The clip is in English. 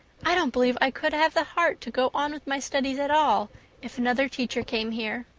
i don't believe i could have the heart to go on with my studies at all if another teacher came here.